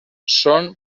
són